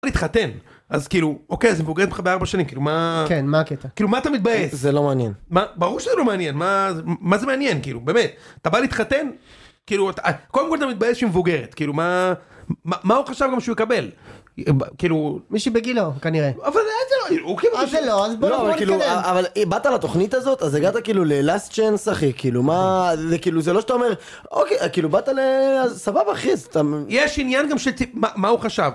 להתחתן. אז כאילו אוקיי אז היא בוגרת ממך ב4 שנים כאילו מה? מה הקטע? כאילו מה אתה מתבאס? זה לא מעניין. מה? ברור שזה לא מעניין, מה? מה זה מעניין כאילו באמת. אתה בא להתחתן, כאילו קודם כל אתה מתבאס שהיא מבוגרת, כאילו מה? מה הוא חשב גם שהוא יקבל.. מישהי בגילו כנראה. אז זה לא אבל בואו נתקדם. אבל באת לתוכנית הזאת אז באת להזדמנות אחרונה אחי כאילו מה?.. כאילו זה לא שאתה אומר אוקיי כאילו באת לסבבה אחי אז אתה.. יש עניין גם שאת מה הוא חשב.